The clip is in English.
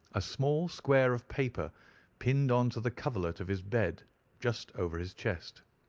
a small square of paper pinned on to the coverlet of his bed just over his chest.